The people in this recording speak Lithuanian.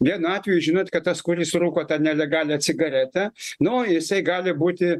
vienu atveju žinot kad tas kuris rūko ten nelegalią cigaretę nu jisai gali būti